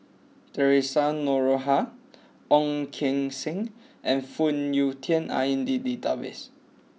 Theresa Noronha Ong Keng Sen and Phoon Yew Tien are in the database